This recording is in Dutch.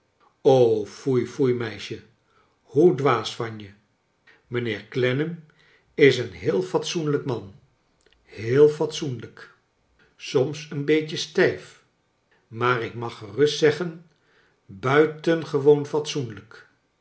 foei foei meisje hoe dwaas van je mijnheer clennam is een heel fatsoenlrjk man heel fatsoenlijk soms een beetje stijf maar ik mag gerust zeggen buitengewoon fatsoenlijk